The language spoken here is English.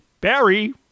Barry